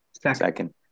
Second